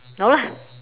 no lah